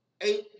eight